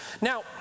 Now